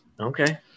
Okay